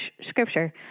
scripture